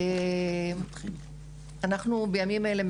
בימים אלה,